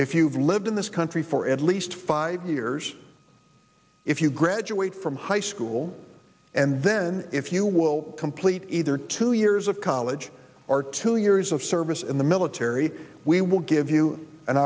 if you've lived in this country for at least five years if you graduate from high school and then if you will complete either two years of college or two years of service in the military we will give you an